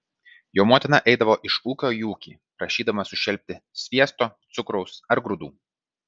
jo motina eidavo iš ūkio į ūkį prašydama sušelpti sviesto cukraus ar grūdų